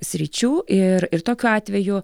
sričių ir ir tokiu atveju